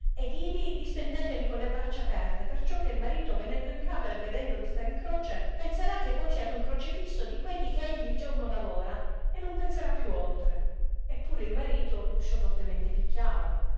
ed ivi distendetevi colle braccia aperte perciò che il marito venendo in camera e vedendovi star in croce penserà che voi siate un crocefisso di quelli che egli il giorno lavora e non penserà più oltre e pur il marito l uscio fortemente pichiava